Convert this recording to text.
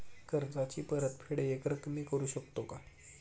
कर्जाची परतफेड एकरकमी करू शकतो का?